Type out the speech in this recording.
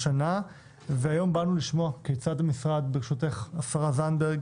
היום באנו לשמוע כיצד המשרד בראשותך, השרה זנדברג